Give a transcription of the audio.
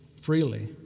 freely